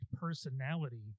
personality